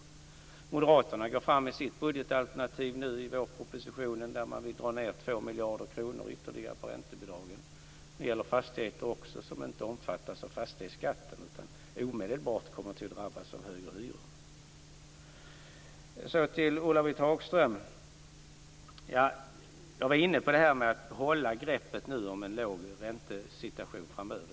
I Moderaternas budgetalternativ till vårpropositionen vill man dra ned 2 miljarder kronor ytterligare på räntebidragen vad gäller fastigheter som inte omfattas av fastighetsskatten och som omedelbart kommer att drabbas av högre hyror. Så till Ulla-Britt Hagström. Jag var inne på detta med att hålla greppet om en låg räntesituation framöver.